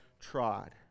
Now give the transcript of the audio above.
trod